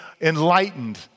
enlightened